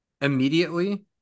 immediately